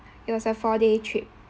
it was a four day trip